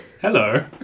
hello